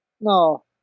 No